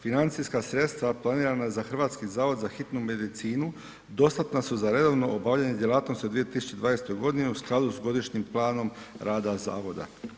Financijska sredstva planirana za Hrvatski zavod za hitnu medicinu dostatna su za redovno obavljanje djelatnosti za 2020. g. u skladu sa godišnjim planom rada zavoda.